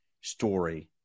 story